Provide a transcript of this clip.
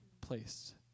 placed